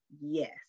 yes